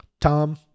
Tom